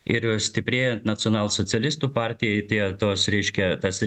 ir stiprėjant nacionalsocialistų partijai tie tos reiškia tas